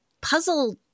puzzle